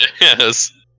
Yes